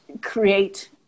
create